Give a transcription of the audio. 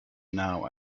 now